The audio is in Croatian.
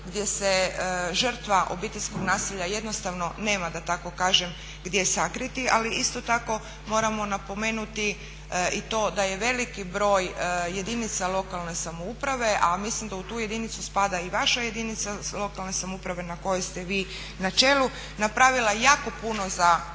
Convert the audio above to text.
gdje se žrtva obiteljskog nasilja jednostavno nema da tako kažem gdje sakriti, ali isto tako moramo napomenuti i to da je veliki broj jedinica lokalne samouprave, a mislim da u tu jedinu spada i vaša jedinaca lokalne samouprave na kojoj ste vi načelu napravila jako puno za